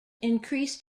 increased